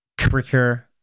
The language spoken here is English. quicker